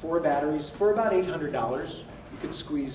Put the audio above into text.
for batteries for about eight hundred dollars you could